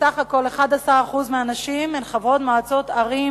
נשים הן בסך הכול 11% חברות מועצות ערים